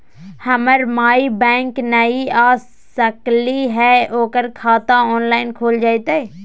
हमर माई बैंक नई आ सकली हई, ओकर खाता ऑनलाइन खुल जयतई?